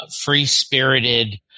free-spirited